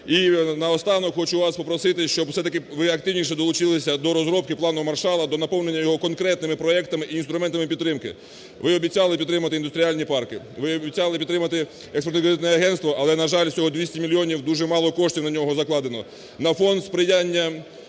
І наостанок хочу вас попросити, щоб все-таки ви активніше долучилися до розробки Плану Маршалла до доповнення його конкретними проектами і інструментами підтримки. Ви обіцяли підтримати індустріальні парки, ви обіцяли підтримати Експортно-кредитне агентство, але, на жаль, всього 200 мільйонів дуже мало коштів на нього закладено.